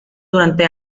durante